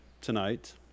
tonight